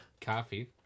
coffee